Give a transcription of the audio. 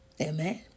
Amen